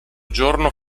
giorno